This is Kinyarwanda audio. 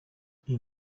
uyu